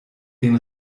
den